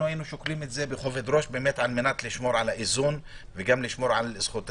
היינו שוקלים את זה בכובד ראש כדי לשמור על האיזון וגם על זכויות